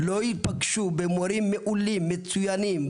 לא יפגשו מורים מעולים ומצוינים,